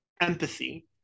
empathy